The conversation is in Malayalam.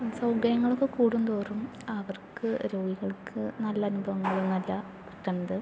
സൗകര്യങ്ങളൊക്കെ കൂടുന്തോറും അവർക്ക് രോഗികൾക്ക് നല്ല അനുഭവങ്ങളൊന്നും അല്ല കിട്ടണത്